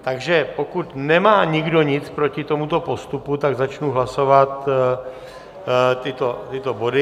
Takže pokud nemá nikdo nic proti tomuto postupu, začnu hlasovat tyto body.